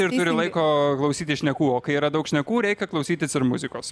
ir turi laiko klausytis šnekų o kai yra daug šnekų reikia klausytis ir muzikos